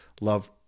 love